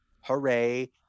Hooray